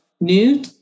new